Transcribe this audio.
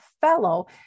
Fellow